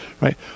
right